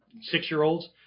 six-year-olds